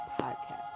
podcast